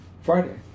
Friday